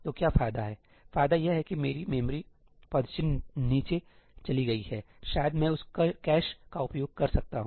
तो क्या फायदा है फायदा यह है कि मेरी मेमोरी पदचिह्न नीचे चली गई है शायद मैं उस कैश का उपयोग कर सकता हूं